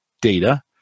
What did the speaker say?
Data